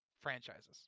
franchises